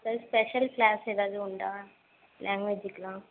எதாவது special class எதாவது உண்டா லேங்குவேஜிக்கெல்லாம்